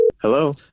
Hello